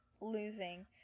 losing